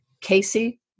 Casey